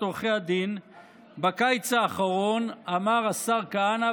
עורכי הדין בקיץ האחרון אמר השר כהנא,